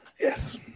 Yes